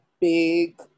big